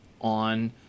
on